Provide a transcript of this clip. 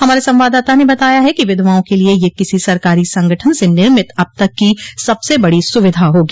हमारे संवाददाता ने बताया है कि विधवाओं के लिए यह किसी सरकारी संगठन से निर्मित अब तक की सबसे बड़ी सुविधा होगी